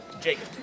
Jacob